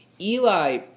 Eli